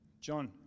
John